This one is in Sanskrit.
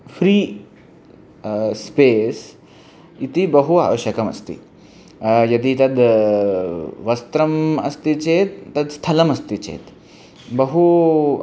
फ़्री स्पेस् इति बहु आवश्यकमस्ति यदि तद् वस्त्रम् अस्ति चेत् तत् स्थलमस्ति चेत् बहु